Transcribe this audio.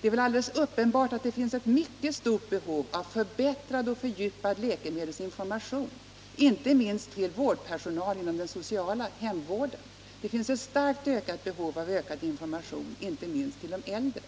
Det är väl alldeles uppenbart att det finns ett mycket stort behov av förbättrad och fördjupad läkemedelsinformation, inte minst till vårdpersonalen och den sociala hemvården. Det finns ett starkt behov av ökad information inte minst till de äldre.